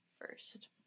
first